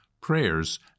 prayers